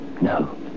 No